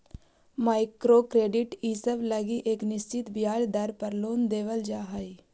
micro credit इसब लगी एक निश्चित ब्याज दर पर लोन देवल जा हई